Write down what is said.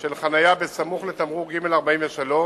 של חנייה בסמוך לתמרור ג-43,